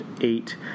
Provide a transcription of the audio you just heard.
eight